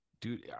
Dude